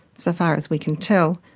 so far as we can tell,